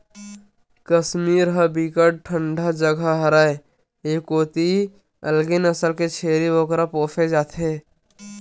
कस्मीर ह बिकट ठंडा जघा हरय ए कोती अलगे नसल के छेरी बोकरा पोसे जाथे